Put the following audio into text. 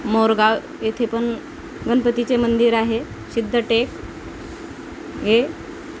मोरगाव येथे पण गणपतीचे मंदिर आहे सिद्धटेक हे